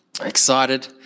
Excited